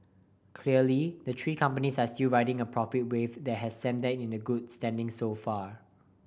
clearly the three companies are still riding a profit wave that has set them in good standing so far